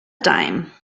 dime